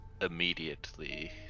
Immediately